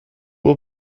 will